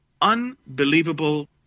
unbelievable